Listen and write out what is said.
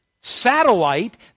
satellite